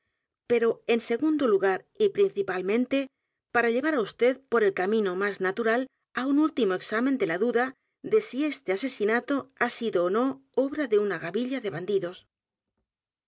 pero en segundo lugar y principalmente para llevar á vd p o r el camino más natural á un último examen de la duda de si este asesinato ha sido ó no obra de una gavilla de bandidos